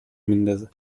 میندازه